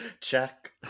Check